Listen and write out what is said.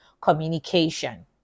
communication